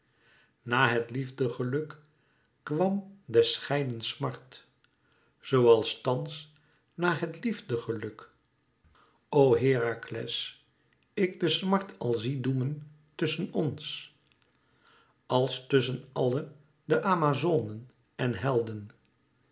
na het liefdegeluk kwam des scheidens smart zoo als thans na het liefdegeluk o herakles ik de smart al zie doemen tusschen ns als tusschen àlle de amazonen en helden